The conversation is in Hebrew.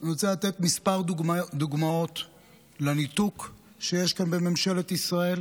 אני רוצה לתת כמה דוגמאות לניתוק שיש כאן בממשלת ישראל